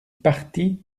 parti